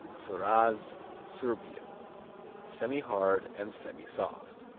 suraz serbia semihard and semisoft.